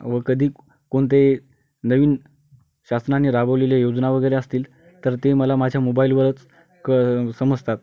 व कधी कोणते नवीन शासनाने राबवलेल्या योजना वगैरे असतील तर ते मला माझ्या मोबाईलवरच क समजतात